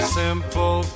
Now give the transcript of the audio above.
simple